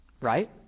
right